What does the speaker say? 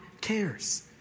cares